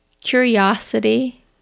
curiosity